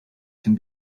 can